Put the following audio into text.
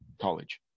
college